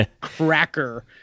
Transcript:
cracker